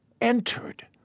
entered